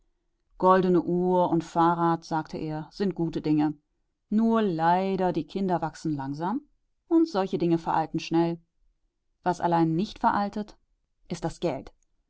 goldene uhr und fahrrad sagte er sind gute dinge nur leider die kinder wachsen langsam und solche dinge veralten schnell was allein nicht veraltet ist das geld